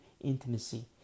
Intimacy